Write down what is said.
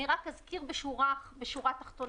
רק אזכיר בשורה תחתונה,